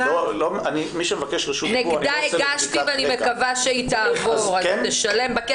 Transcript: נגדה הגשתי ואני מקווה שהיא תעבור ותשלם.